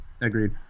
agreed